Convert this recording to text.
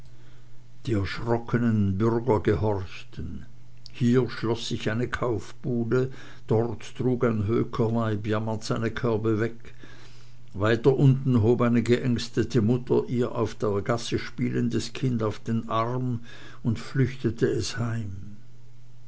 die erschrockenen bürger gehorchten hier schloß sich eine kaufbude dort trug ein hökerweib jammernd seine körbe weg weiter unten hob eine geängstete mutter ihr auf der gasse spielendes kind auf den arm und flüchtete es heim